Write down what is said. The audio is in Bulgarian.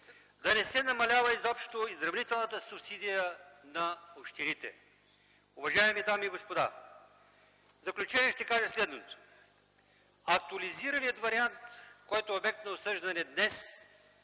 да не се намалява изобщо изравнителната субсидия на общините. Уважаеми дами и господа, в заключение ще кажа следното: актуализираният вариант – обект на обсъждане днес,